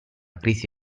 crisi